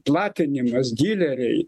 platinimas dyleriai